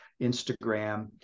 Instagram